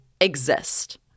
exist